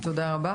תודה רבה.